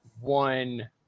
one